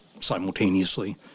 simultaneously